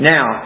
Now